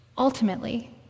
Ultimately